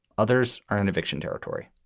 others are in eviction territory,